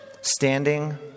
Standing